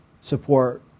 support